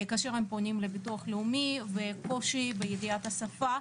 כאשר הם פונים לביטוח לאומי וקושי בידיעת השפה,